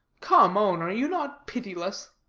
come, own, are you not pitiless?